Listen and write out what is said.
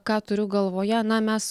ką turiu galvoje na mes